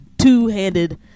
two-handed